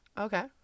Okay